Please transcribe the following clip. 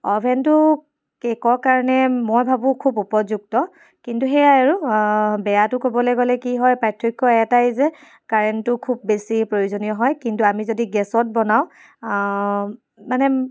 অ'ভেনটো কেকৰ কাৰণে মই ভাবোঁ খুব উপযুক্ত কিন্তু সেয়াই আৰু বেয়াটো ক'বলৈ গ'লে কি হয় পাৰ্থক্য এটাই যে কাৰেণ্টটো খুব বেছি প্ৰয়োজনীয় হয় কিন্তু আমি যদি গেছত বনাওঁ মানে